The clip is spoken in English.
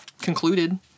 concluded